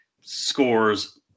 scores